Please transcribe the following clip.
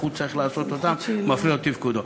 הוא צריך לעשות אותן והן מפריעות לתפקודו.